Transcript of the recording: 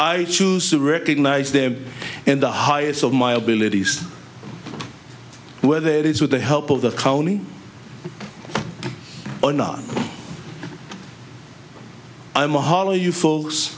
i choose to recognize them and the highest of my abilities whether it is with the help of the county or not i'm a hollow you folks